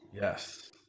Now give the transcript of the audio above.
yes